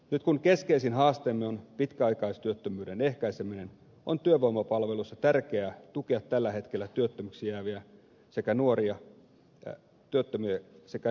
nyt kun keskeisin haasteemme on pitkäaikaistyöttömyyden ehkäiseminen on työvoimapalveluissa tärkeää tukea tällä hetkellä työttömäksi jääviä sekä nuoria työnhakijoita